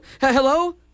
Hello